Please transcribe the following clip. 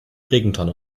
regentonne